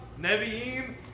Nevi'im